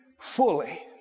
fully